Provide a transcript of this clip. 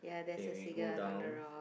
okay we go down